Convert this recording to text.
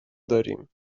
داریم